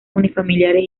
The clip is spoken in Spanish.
unifamiliares